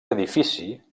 edifici